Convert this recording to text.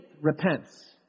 repents